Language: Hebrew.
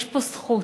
יש פה זכות,